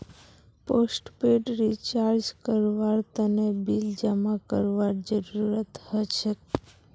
postpaid recharge करवार तने bill जमा करवार जरूरत हछेक